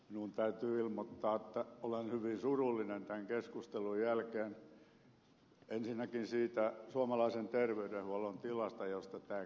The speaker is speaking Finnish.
minun täytyy ilmoittaa että olen hyvin surullinen tämän keskustelun jälkeen ensinnäkin siitä suomalaisen terveydenhuollon tilasta josta tämä kertoo